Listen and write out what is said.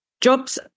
Jobs